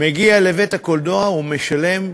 מגיע לבית-הקולנוע ומשלם,